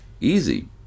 easy